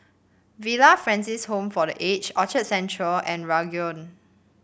Villa Francis Home for The Aged Orchard Central and Ranggung